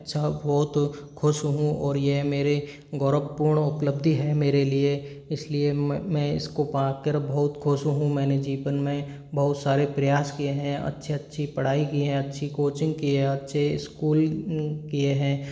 अच्छा बहुत खुश हूँ और ये मेरे गौरवपूर्ण उपलब्धि है मेरे लिए इसलिए मैं इसको पाकर बहुत खुश हूँ मैंने जीवन में बहुत सारे प्रयास किए है अच्छी अच्छी पढाई की है अच्छी कोचिंग की है अच्छे स्कूल किए हैं